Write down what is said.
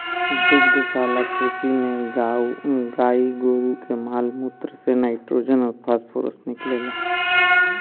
दुग्धशाला कृषि में गाई गोरु के माल मूत्र से नाइट्रोजन अउर फॉस्फोरस निकलेला